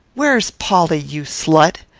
where's polly, you slut?